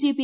JP